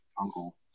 uncle